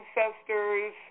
ancestors